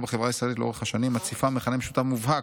בחברה הישראלית לאורך השנים מציפה מכנה משותף מובהק,